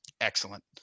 Excellent